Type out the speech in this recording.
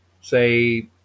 say